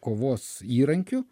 kovos įrankiu